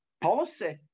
policy